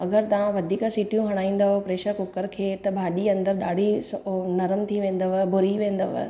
अगरि तव्हां वधीक सीटियूं हणाईंदव प्रैशर कुकर खे त भाॼी अंदरु ॾाढी सओ नरम थी वेंदव भुरी वेंदव